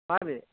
मा बे